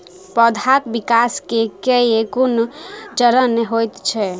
पौधाक विकास केँ केँ कुन चरण हएत अछि?